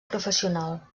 professional